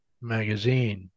Magazine